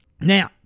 Now